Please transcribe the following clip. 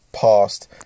past